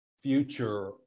future